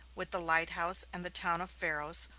with the light house and the town of pharos,